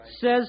Says